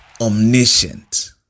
omniscient